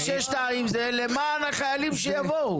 ב-62--- למען החיילים שיבואו.